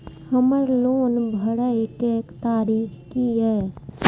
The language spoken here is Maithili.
हमर लोन भरय के तारीख की ये?